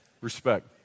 Respect